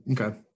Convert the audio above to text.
Okay